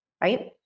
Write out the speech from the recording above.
right